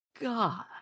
god